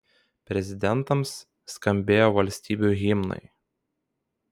prezidentams skambėjo valstybių himnai